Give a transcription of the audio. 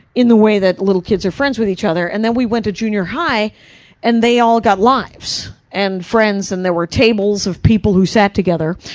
in the way that little kids are friends with each other. and then we went to junior high and they all got lives. and friends, and there were tables of people who sat together.